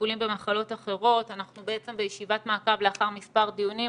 מעקב לאחר מספר דיונים.